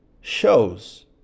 shows